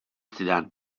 zidan